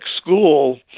school